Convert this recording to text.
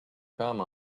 come